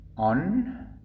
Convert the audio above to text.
On